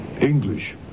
English